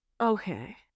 Okay